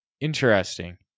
Interesting